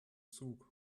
zug